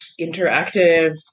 interactive